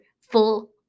full